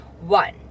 One